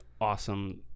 awesome